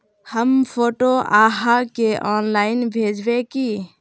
हम फोटो आहाँ के ऑनलाइन भेजबे की?